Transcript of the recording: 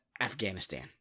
Afghanistan